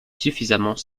suffisamment